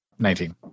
19